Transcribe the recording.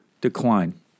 decline